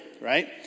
right